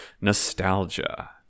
nostalgia